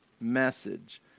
message